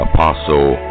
Apostle